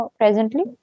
presently